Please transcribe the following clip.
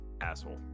Asshole